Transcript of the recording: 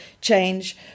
change